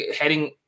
heading